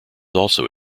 also